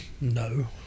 No